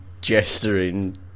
gesturing